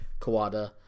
Kawada